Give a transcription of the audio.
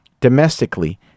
domestically